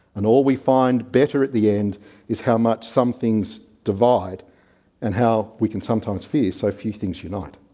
and all we find better at the end is how much some things divide and how we can sometimes fear so few things unite.